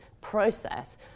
process